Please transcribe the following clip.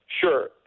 Sure